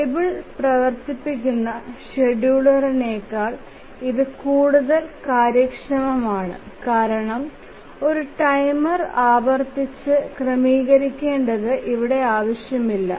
table പ്രവർത്തിപ്പിക്കുന്ന ഷെഡ്യൂളറിനേക്കാൾ ഇത് കൂടുതൽ കാര്യക്ഷമമാണ് കാരണം ഒരു ടൈമർ ആവർത്തിച്ച് ക്രമീകരിക്കേണ്ടത് ഇവിടെ ആവശ്യമില്ല